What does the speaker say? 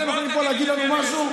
אתם יכולים פה להגיד לנו משהו?